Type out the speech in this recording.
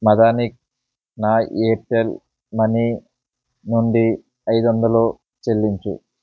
మదన్కి నా Airtel money నుండి ఐదు వందలు చెల్లించు